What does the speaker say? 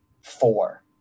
four